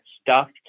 stuffed